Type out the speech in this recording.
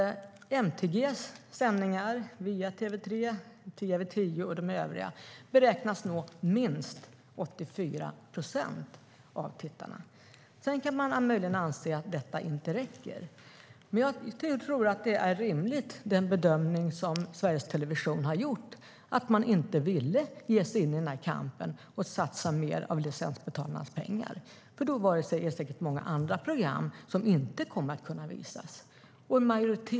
MTG:s sändningar via TV3, TV10 och de övriga kanalerna beräknas nå minst 84 procent av tittarna. Man kan möjligen anse att det inte räcker, men jag tror att den bedömning som Sveriges Television gjorde - att man inte ville ge sig in i den här kampen och satsa mer av licensbetalarnas pengar - är rimlig. Då skulle det säkert vara många andra program som inte skulle kunna visas.